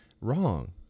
Wrong